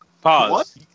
Pause